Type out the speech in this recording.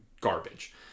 garbage